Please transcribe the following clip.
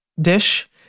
dish